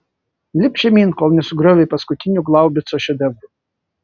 lipk žemyn kol nesugriovei paskutinių glaubico šedevrų